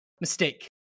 mistake